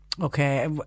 Okay